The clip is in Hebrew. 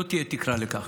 לא תהיה תקרה לכך.